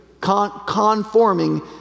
Conforming